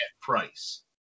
price